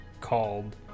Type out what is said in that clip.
called